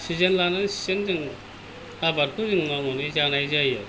season लानानै सिजेन जों आबादखौ जों मावनानै जानाय जायो आरो